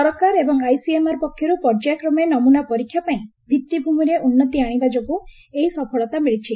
ସରକାର ଏବଂ ଆଇସିଏମ୍ଆର୍ ପକ୍ଷରୁ ପର୍ଯ୍ୟାୟକ୍ରମେ ନମୁନା ପରୀକ୍ଷା ପାଇଁ ଭିତ୍ତିଭୂମିରେ ଉନ୍ନତି ଆଶିବା ଯୋଗୁଁ ଏହି ସଫଳତା ମିଳିଛି